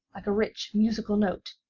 like a rich musical note,